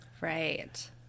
Right